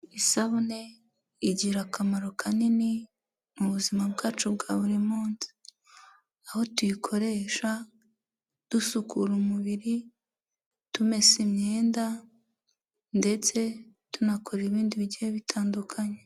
Isabune igira akamaro kanini mu buzima bwacu bwa buri munsi, aho tuyikoresha dusukura umubiri, tumesa imyenda, ndetse tunakora ibindi bigiye bitandukanye.